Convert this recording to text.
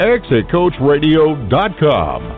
ExitCoachRadio.com